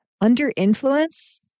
Under-influence